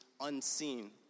unseen